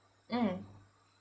mm